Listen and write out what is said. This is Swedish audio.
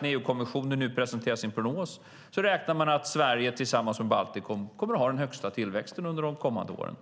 När EU-kommissionen nu presenterar sin prognos ser vi att man räknar med att Sverige tillsammans med Baltikum kommer att ha den högsta tillväxten under de kommande åren.